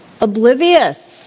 oblivious